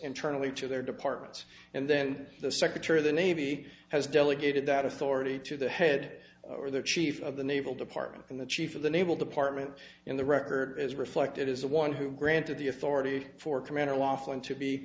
internally each of their departments and then the secretary of the navy has delegated that authority to the head or the chief of the naval department and the chief of the naval department in the record as reflected is the one who granted the authority for commander loughlin to be